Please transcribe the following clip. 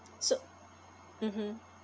so mmhmm